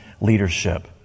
leadership